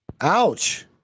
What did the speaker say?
Ouch